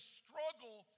struggle